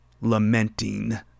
lamenting